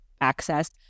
access